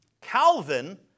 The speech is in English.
Calvin